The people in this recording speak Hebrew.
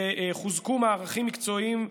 חוזקו מערכים מקצועיים,